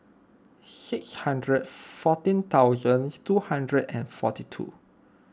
six hundred fourteen thousand two hundred and forty two